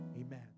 Amen